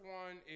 one